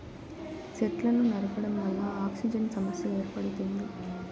సెట్లను నరకడం వల్ల ఆక్సిజన్ సమస్య ఏర్పడుతుంది